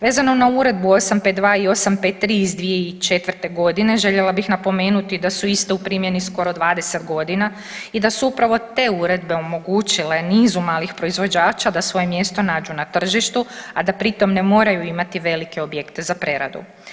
Vezano na Uredbu 852 i 853 iz 2004.g. željela bih napomenuti da su iste u primjeni skoro 20.g. i da su upravo te uredbe omogućile nizu malih proizvođača da svoje mjesto nađu na tržištu, a da pri tom ne moraju imati velike objekte za preradu.